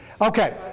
Okay